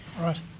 Right